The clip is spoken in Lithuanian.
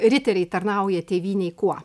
riteriai tarnauja tėvynei kuo